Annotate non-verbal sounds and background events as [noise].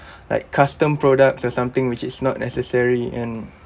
[breath] like custom products or something which is not necessary and